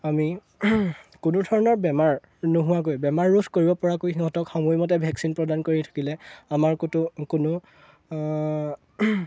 আমি কোনো ধৰণৰ বেমাৰ নোহোৱাকৈ বেমাৰ ৰোধ কৰিব পৰাকৈ সিহঁতক সময়মতে ভেকচিন প্ৰদান কৰি থাকিলে আমাৰ ক'তো কোনো